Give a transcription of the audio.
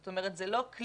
זאת אומרת זה לא כלי,